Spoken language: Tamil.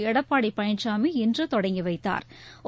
எடப்பாடி பழனிசாமி இன்று தொடங்கி வைத்தாா்